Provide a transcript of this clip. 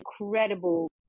incredible